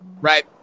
right